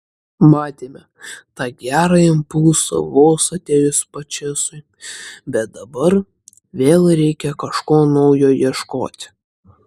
matėme tą gerą impulsą vos atėjus pačėsui bet dabar vėl reikia kažko naujo ieškoti